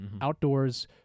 Outdoors